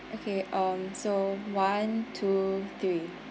okay um so one two three